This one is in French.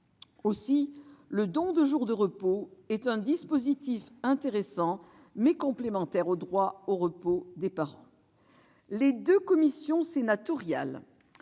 Aussi, le don de jours de repos est un dispositif intéressant, mais qui ne peut être que complémentaire au droit au repos des parents. Les deux commissions sénatoriales